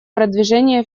продвижения